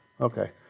Okay